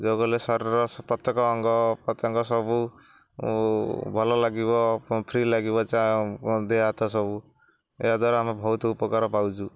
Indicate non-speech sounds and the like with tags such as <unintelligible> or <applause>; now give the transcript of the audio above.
ଯୋଗ କଲେ ଶରୀର ପ୍ରତ୍ୟେକ ଅଙ୍ଗ ପ୍ରତ୍ୟଙ୍ଗ ସବୁ ଭଲ ଲାଗିବ ଫ୍ରି ଲାଗିବ <unintelligible> ଦେହ ହାତ ସବୁ ଏହାଦ୍ଵାରା ଆମେ ବହୁତ ଉପକାର ପାଉଛୁ